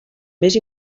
més